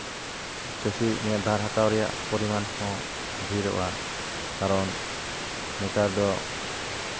ᱪᱟᱹᱥᱤ ᱱᱤᱭᱟᱹ ᱫᱷᱟᱨ ᱦᱟᱛᱟᱣ ᱨᱮᱭᱟᱜ ᱯᱚᱨᱤᱢᱟᱱ ᱦᱚᱸ ᱰᱷᱮᱨᱚᱜᱼᱟ ᱠᱟᱨᱚᱱ ᱱᱮᱛᱟᱨ ᱫᱚ